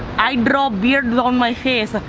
i draw beard on my face.